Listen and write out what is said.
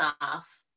off